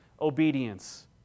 obedience